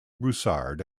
broussard